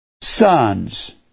sons